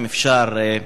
אם אפשר,